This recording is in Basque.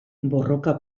borroka